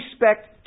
respect